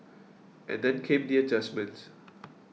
and then came the adjustments